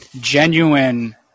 genuine